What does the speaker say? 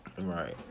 Right